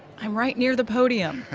i'm right near the podium.